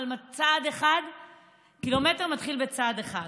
אבל קילומטר מתחיל בצעד אחד,